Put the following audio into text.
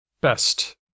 best